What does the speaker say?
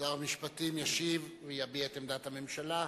שר המשפטים, ישיב ויביע את עמדת הממשלה.